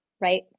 right